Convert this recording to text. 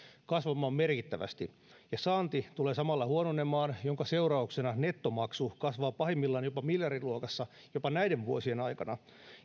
kasvamaan merkittävästi ja saanti tulee samalla huononemaan minkä seurauksena nettomaksu kasvaa pahimmillaan jopa miljardiluokassa jopa näiden vuosien aikana